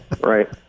right